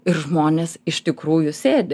ir žmonės iš tikrųjų sėdi